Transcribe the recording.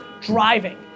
driving